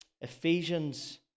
Ephesians